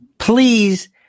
Please